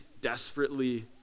desperately